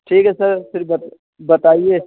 ठीक है सर फिर बत बताइए